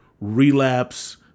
Relapse